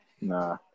Nah